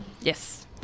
yes